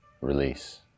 release